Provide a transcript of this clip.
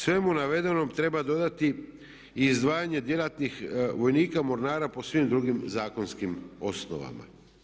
Svemu navedenom treba dodati i izdvajanje djelatnih vojnika mornara po svim drugim zakonskim osnovama.